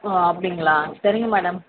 ஓ அப்படிங்களா சரிங்க மேடம்